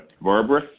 Barbara